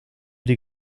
die